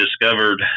discovered